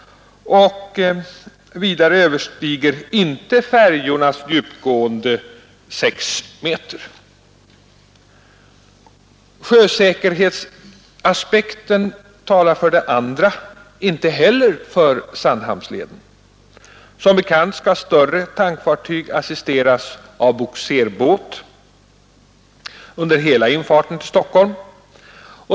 Vidare överstiger inte färjornas djupgående 6 m. Sjösäkerhetsaspekten talar för det andra inte heller för Sandhamnsleden. Som bekant skall större tankfartyg assisteras av bogserbåt under hela infarten till Stockholm.